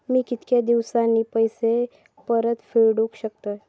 मी कीतक्या दिवसांनी पैसे परत फेडुक शकतय?